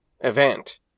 event